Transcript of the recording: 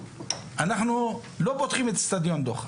אנחנו לא פותחים את האצטדיון בדוחה.